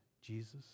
Jesus